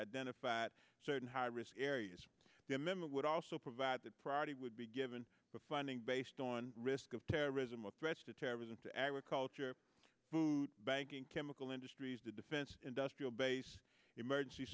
identified certain high risk areas the member would also provide that priority would be given funding based on risk of terrorism or threats to terrorism to agriculture food banking chemical industries the defense industrial base emergency